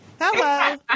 Hello